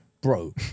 Bro